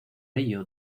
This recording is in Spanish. ello